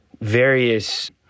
various